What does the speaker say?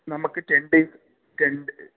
നമുക്ക് ten days ten